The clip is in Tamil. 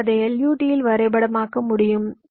எனவே அதை LUT இல் வரைபடமாக்க முடியும்